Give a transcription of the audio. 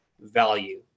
value